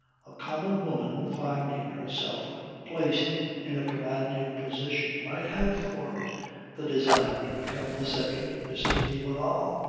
a common woman finding herself placed in a commanding position might have formed the design to become the second mrs. de barral.